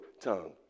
tongue